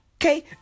Okay